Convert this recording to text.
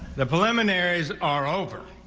the preliminaries are over.